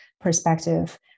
perspective